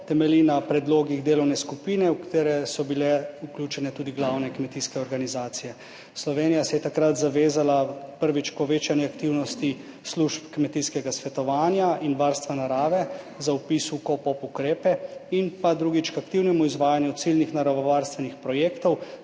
temelji na predlogih delovne skupine, v katero so bile vključene tudi glavne kmetijske organizacije. Slovenija se je takrat zavezala, prvič, k povečanju aktivnosti služb kmetijskega svetovanja in varstva narave za vpis v KOPOP ukrepe, in pa drugič, k aktivnemu izvajanju ciljnih naravovarstvenih projektov